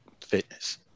fitness